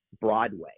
Broadway